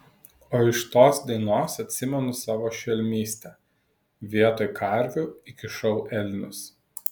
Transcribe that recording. o iš tos dainos atsimenu savo šelmystę vietoj karvių įkišau elnius